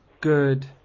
good